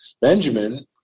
Benjamin